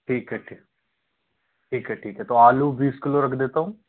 ठीक है ठीक है ठीक है ठीक है तो आलू बीस किलो रख दे ता हूँ